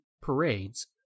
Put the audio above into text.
parades